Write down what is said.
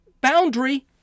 boundary